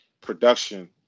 production